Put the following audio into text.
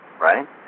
right